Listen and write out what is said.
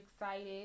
excited